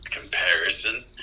comparison